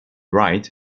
wright